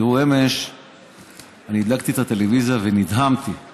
אמש הדלקתי את הטלוויזיה ונדהמתי